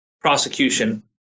prosecution